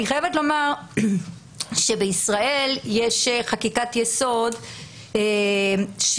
אני חייבת לומר שבישראל יש חקיקת יסוד שמדברת